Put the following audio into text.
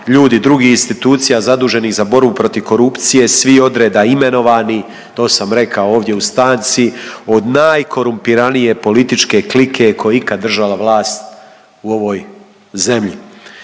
ljudi drugih institucija zaduženih za borbu protiv korupcije svi odreda imenovani, to sam rekao ovdje u stanci, od najkorumpiranije političke klike koja je ikad držala vlast u ovoj zemlji.